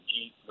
Jeep